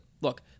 Look